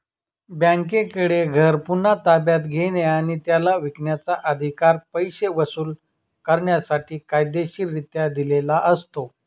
बँकेकडे घर पुन्हा ताब्यात घेणे आणि त्याला विकण्याचा, अधिकार पैसे वसूल करण्यासाठी कायदेशीररित्या दिलेला असतो